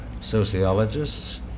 sociologists